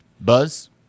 Buzz